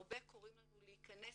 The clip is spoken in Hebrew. הרבה קוראים לנו להכנס